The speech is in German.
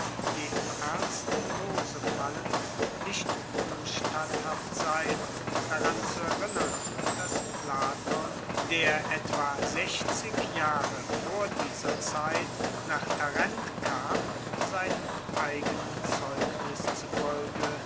die ernsten lose fallen nicht unstatthaft sein daran zu erinnern dass platon der etwa sechzig jahre vor dieser zeit nach tarent kam seinem eigenen zeugnis zufolge